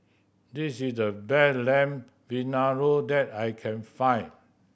this is the best Lamb Vindaloo that I can find